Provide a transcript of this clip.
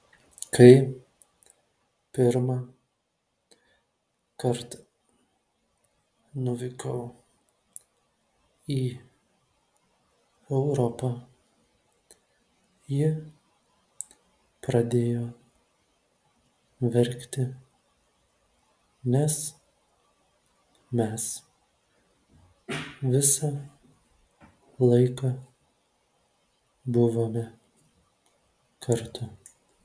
kai pirmą kartą nuvykau į europą ji pradėjo verkti nes mes visą laiką buvome kartu